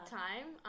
time